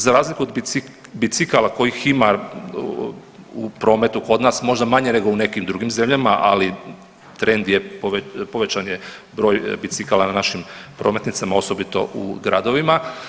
Za razliku od bicikala kojih ima u prometu kod nas, možda manje nego u nekim drugim zemljama, ali trend je povećan je broj bicikala na našim prometnicama osobito u gradovima.